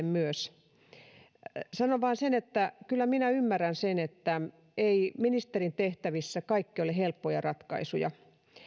myös teille sanon vain sen että kyllä minä ymmärrän sen että ministerin tehtävissä kaikki eivät ole helppoja ratkaisuja